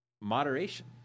Moderation